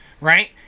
right